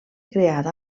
creada